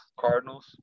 Cardinals